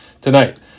tonight